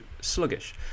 Sluggish